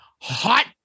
hot